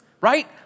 right